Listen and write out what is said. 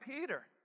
Peter